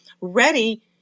ready